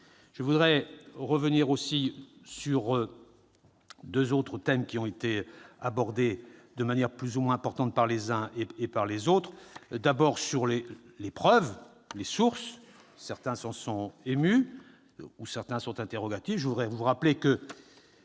de revenir sur deux autres points qui ont été abordés, de manière plus ou moins importante, par les uns et par les autres. Concernant les preuves, les sources- certains s'en sont émus ou sont interrogatifs